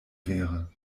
wäre